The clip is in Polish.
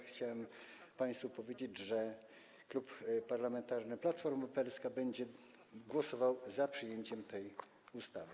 Chciałem państwu powiedzieć, że Klub Parlamentarny Platforma Obywatelska będzie głosował za przyjęciem tej ustawy.